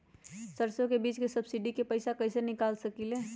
सरसों बीज के सब्सिडी के पैसा कईसे निकाल सकीले?